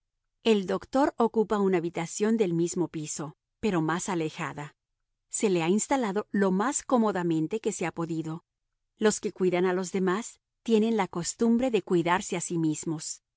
el doctor ocupa una habitación del mismo piso pero más alejada se le ha instalado lo más cómodamente que se ha podido los que cuidan a los demás tienen la costumbre de cuidarse a sí mismos